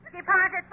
Deposit